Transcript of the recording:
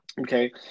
Okay